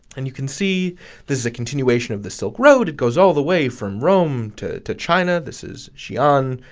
and you can see this is a continuation of the silk road. it goes all the way from rome to to china. this is xian,